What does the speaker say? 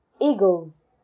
Eagles